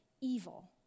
evil